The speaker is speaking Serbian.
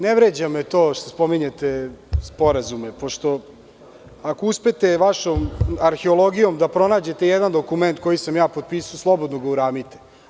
Ne vređa me to što spominjete sporazume pošto, ako uspete vašom arheologijom da pronađete jedan dokument koji sam ja potpisao, slobodno ga uramite.